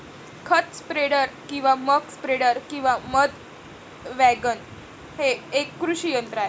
खत स्प्रेडर किंवा muck spreader किंवा मध वॅगन हे एक कृषी यंत्र आहे